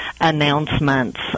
announcements